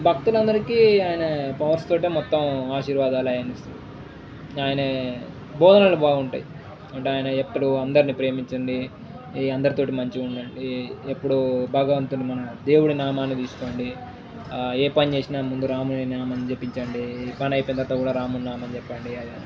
భక్తులందరికీ ఆయన పవర్స్ తోటే మొత్తం ఆశీర్వాదాలవి ఇస్తాడు ఆయన బోధనలు బావుంటాయి అంటే ఆయన ఎప్పుడూ అందరిని ప్రేమించండి ఈ అందరితోటి మంచిగుండండి ఎప్పుడూ బాగావుంటుంది మన దేవుడి నామాన్ని తీసుకోండి ఏ పని చేేసినా ముందు రాముని నామం జపించండి ఈ పని అయిపోయింతరువాత కూడా రాముని నామం చెప్పండి అదీ